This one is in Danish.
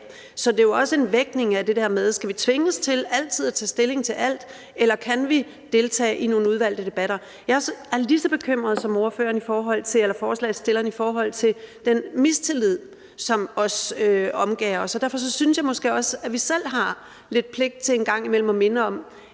Så det er jo også en vægtning af, om vi skal tvinges til altid at tage stilling til alt, eller om vi kan deltage i nogle udvalgte debatter. Jeg er lige så bekymret som forslagsstilleren i forhold til den mistillid, som også omgærder os. Så derfor synes jeg måske også, at vi selv har lidt pligt til en gang imellem at minde om,